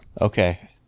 Okay